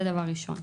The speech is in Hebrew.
זה דבר ראשון.